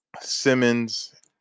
Simmons